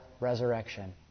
resurrection